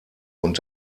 und